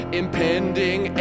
impending